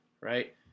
right